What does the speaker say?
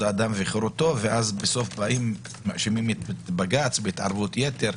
האדם וחירותו ובסוף מאשימים את בג"ץ בהתערבות יתר,